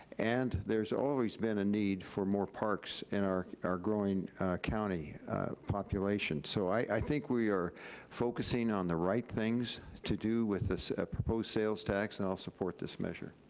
and there's always been a need for more parks in our our growing county population. so, i think we are focusing on the right things to do with this proposed sales tax and i'll support this measure.